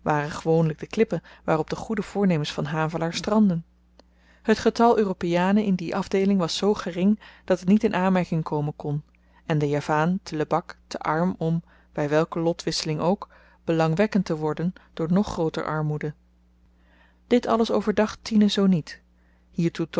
gewoonlyk de klippen waarop de goede voornemens van havelaar strandden het getal europeanen in die afdeeling was zoo gering dat het niet in aanmerking komen kon en de javaan te lebak te arm om by welke lotwisseling ook belangwekkend te worden door nog grooter armoede dit alles overdacht tine zoo niet hiertoe